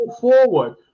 forward